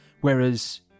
Whereas